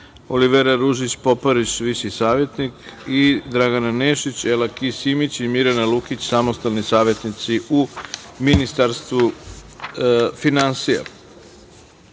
Olivera Ružić Poparić, viši savetnik i Dragana Nešić, Ela Ki Simić i Mirjana Lukić, samostalni savetnici u Ministarstvu finansija. Primili